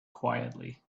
quietly